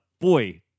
boy